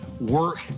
Work